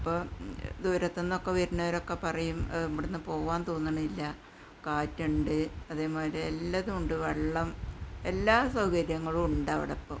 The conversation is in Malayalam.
ഇപ്പോൾ ദൂരത്തു നിന്നൊക്കെ വരുണവരൊക്കെ പറയും ഇവിടുന്നു പോകാന് തോന്നണില്ല കാറ്റുണ്ട് അതേമാതിരി എല്ലതുമുണ്ട് വെള്ളം എല്ലാ സൗകര്യങ്ങളും ഉണ്ടവിടപ്പോൾ